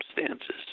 circumstances